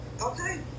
okay